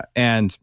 and